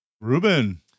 Ruben